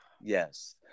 Yes